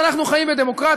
אנחנו חיים בדמוקרטיה,